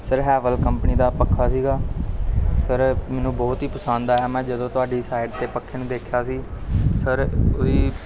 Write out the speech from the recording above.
sir Havells company ਦਾ ਪੱਖਾ ਸੀਗਾ ਸਰ ਮੈਨੂੰ ਬਹੁਤ ਹੀ ਪਸੰਦ ਆਇਆ ਮੈਂ ਜਦੋਂ ਤੁਹਾਡੀ ਸਾਈਟ 'ਤੇ ਪੱਖੇ ਨੂੰ ਦੇਖਿਆ ਸੀ ਸਰ ਉਹਦੀ